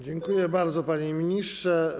Dziękuję bardzo, panie ministrze.